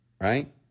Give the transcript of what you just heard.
right